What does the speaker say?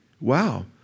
Wow